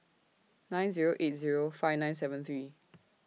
nine Zero eight Zero five nine seven three